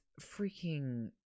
freaking